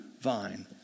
vine